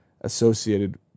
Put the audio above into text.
associated